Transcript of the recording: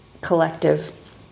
Collective